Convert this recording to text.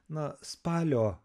na spalio